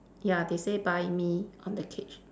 ya they say buy me on the cage